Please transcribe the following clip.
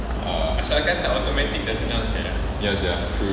ya sia true